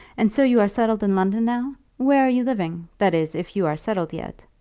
and so you are settled in london now? where are you living that is, if you are settled yet?